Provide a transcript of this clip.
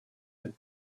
had